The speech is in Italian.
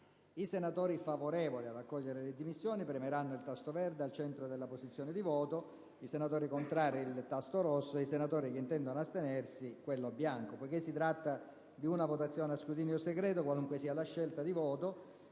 I senatori favorevoli ad accogliere le dimissioni premeranno il tasto verde al centro della postazione di voto; i senatori contrari premeranno il tasto rosso a destra; i senatori che intendono astenersi premeranno il tasto bianco a sinistra. Poiché si tratta di una votazione a scrutinio segreto, qualunque sia la scelta di voto